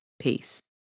Peace